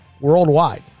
worldwide